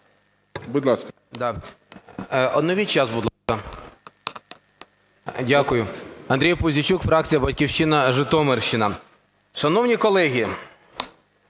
А.В. Оновіть час, будь ласка. Дякую. Андрій Пузійчук, фракція "Батьківщина", Житомирщина. Шановні колеги,